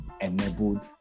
enabled